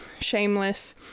Shameless